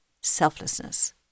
selflessness